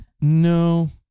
No